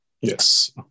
Yes